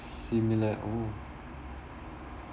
similar oh